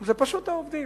זה פשוט העובדים.